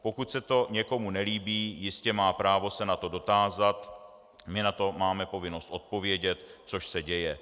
Pokud se to někomu nelíbí, jistě má právo se na to dotázat, my na to máme povinnost odpovědět, což se děje.